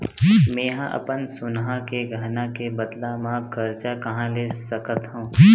मेंहा अपन सोनहा के गहना के बदला मा कर्जा कहाँ ले सकथव?